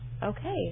Okay